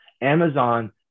Amazon